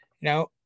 Now